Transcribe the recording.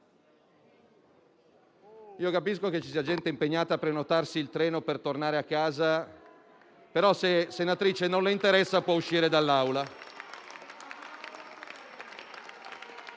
Io capisco che ci sia gente impegnata a prenotarsi il treno per tornare a casa, ma se, senatrice, non le interessa può uscire dall'Aula.